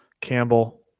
Campbell